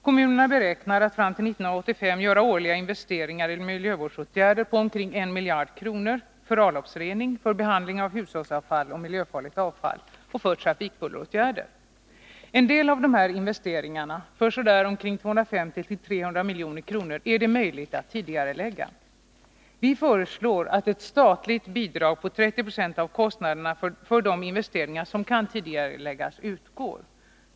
Kommunerna beräknar att fram till 1985 göra årliga investeringar i miljövårdsåtgärder på omkring 1 miljard kronor, för avloppsrening, behandling av hushållsavfall och miljöfarligt avfall samt trafikbulleråtgärder. En del av dessa investeringar på 250-300 milj.kr. är det möjligt att tidigarelägga. Vi föreslår att det utgår ett statligt bidrag på 30 90 av kostnaderna för de investeringar som kan tidigareläggas.